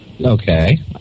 okay